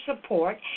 support